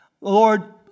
lord